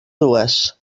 dues